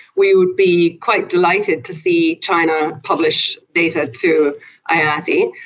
we would be quite delighted to see china published data to iati.